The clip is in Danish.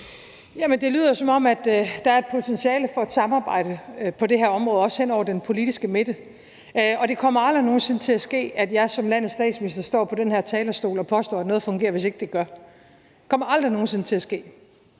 det lyder, som om der er et potentiale for et samarbejde på det her område, også hen over den politiske midte. Og det kommer aldrig nogen sinde til at ske, at jeg som landets statsminister står på den her talerstol og påstår, at noget fungerer, hvis ikke det gør det. Det kommer aldrig nogen sinde til at ske.